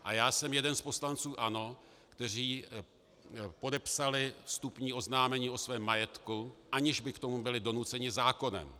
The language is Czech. A já jsem jeden z poslanců ANO, kteří podepsali vstupní oznámení o svém majetku, aniž by k tomu byli donuceni zákonem.